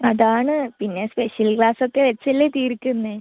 അതാണ് പിന്നെ സ്പെഷ്യൽ ക്ലാസൊക്കെ വച്ചല്ലേ തീർക്കുന്നെ